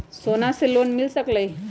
सोना से लोन मिल सकलई ह?